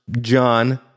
John